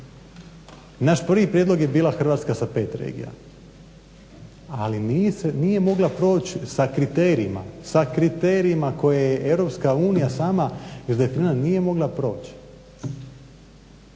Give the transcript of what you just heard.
Naš prvi prijedlog je bila Hrvatska sa 5 regija, ali nije se, nije mogla proć sa kriterijima sa kriterijima koje je EU sama izdefinirala, nije moga proć.